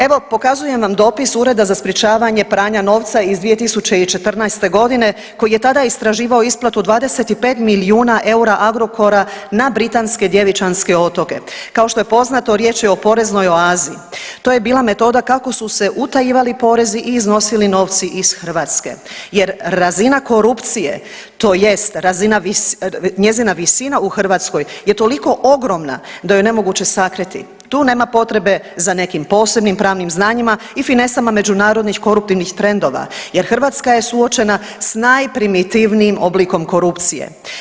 Evo pokazujem vam dopis Ureda za sprečavanje pranja novca iz 2014.g. koji je tada istraživao isplatu od 25 milijuna eura Agrokora na Britanske djevičanske otoke, kao što je poznato riječ je o poreznoj oazi, to je bila metoda kako su se utajivali porezi i iznosili novci iz Hrvatske jer razina korupcije tj. njezina visina u Hrvatskoj je toliko ogromna da ju je nemoguće sakriti, tu nema potrebe za nekim posebnim pravnim znanjima i finesama međunarodnih koruptivnih trendova jer Hrvatska je suočena s najprimitivnijim oblikom korupcije.